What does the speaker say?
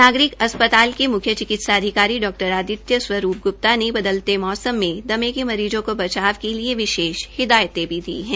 नागरिक अस्पताल के मुख्य चिकित्सा अधिकारी डा आदित्य रूवरूप गुप्ता ने बदलते मौसम में दमे के मरीज़ो को बचाव के लिए विशेष हिदायतें दी है